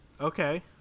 Okay